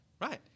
Right